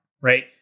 right